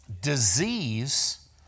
disease